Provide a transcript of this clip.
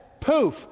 Poof